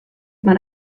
man